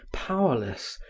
powerless,